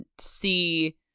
see